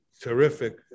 terrific